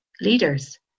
leaders